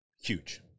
Huge